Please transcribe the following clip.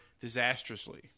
disastrously